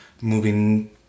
moving